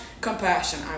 compassion